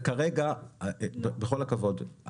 בכל הכבוד,